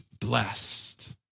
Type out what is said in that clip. blessed